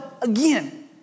again